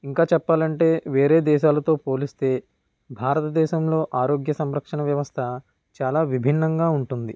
ఇంకా చెప్పాలంటే వేరే దేశాలతో పోలిస్తే భారత దేశంలో ఆరోగ్య సంరక్షణ వ్యవస్థ చాలా విభిన్నంగా ఉంటుంది